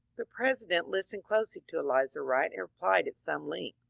the president listened closely to elizur wright and replied at. some length.